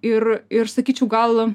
ir ir sakyčiau gal